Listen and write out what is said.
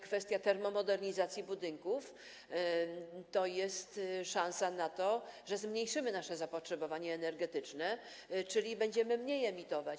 Kwestia termomodernizacji budynków to jest szansa na to, że zmniejszymy nasze zapotrzebowanie energetyczne, czyli będziemy mniej emitować.